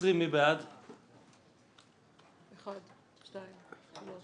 של סיעת המחנה הציוני לסעיף 1 לא אושרה